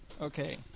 Okay